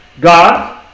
God